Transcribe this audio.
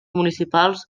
municipals